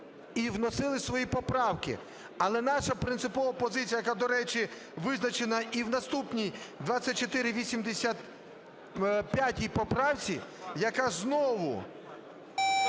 і вносили свої поправки. Але наша принципова позиція, яка, до речі, визначена і в наступній 2485 поправці, яка знову